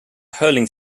hurling